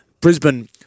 Brisbane